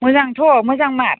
मोजांथ' मोजां मार